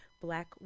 black